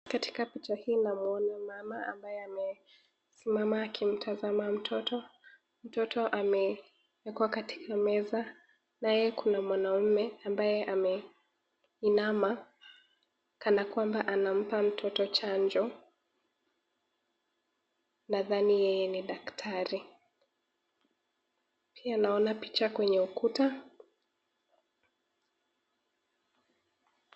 Katika picha hii namuona mama ambaye amesimama akimtazama mtoto. Mtoto ameekwa katika meza na yeye kuna mwanaume ambaye ameinama kana kwamba anampa mtoto chanjo. Nadhani yeye ni daktari. Pia naona picha kwenye ukuta.